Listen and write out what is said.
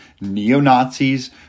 neo-Nazis